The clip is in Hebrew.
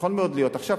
עכשיו,